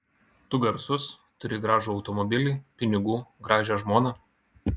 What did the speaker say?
tu garsus turi gražų automobilį pinigų gražią žmoną